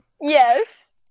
Yes